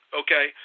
okay